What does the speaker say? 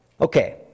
Okay